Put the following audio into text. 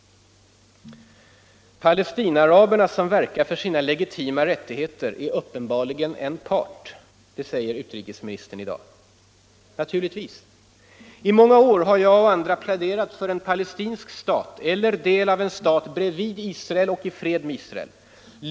”Palestinaaraberna, som verkar för sina legitima rättigheter, är uppenbarligen en part”, säger utrikesministern i dag. Naturligtvis. I många år har jag och andra pläderat för en palestinsk stat, eller del av en stat, bredvid Israel och i fred med Israel.